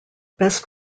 best